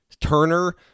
Turner